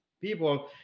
people